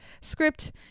script